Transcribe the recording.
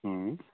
हुँ